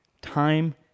time